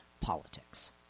politics